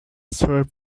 served